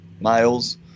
males